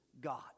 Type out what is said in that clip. God